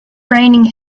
raining